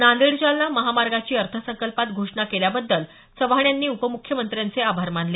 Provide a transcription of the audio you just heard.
नांदेड जालना महामार्गाची अर्थसंकल्पात घोषणा केल्याबद्दल चव्हाण यांनी उपमुख्यमंत्र्यांचे आभार मानले